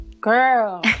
Girl